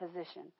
position